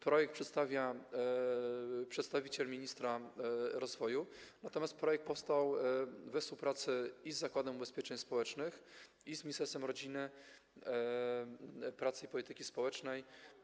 Projekt przedstawia przedstawiciel ministra rozwoju, natomiast projekt powstał we współpracy i z Zakładem Ubezpieczeń Społecznych, i z Ministerstwem Rodziny, Pracy i Polityki Społecznej.